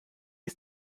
ist